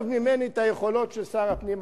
ממני את היכולות של שר הפנים הנוכחי: